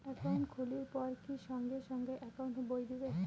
Account খুলির পর কি সঙ্গে সঙ্গে একাউন্ট বই দিবে?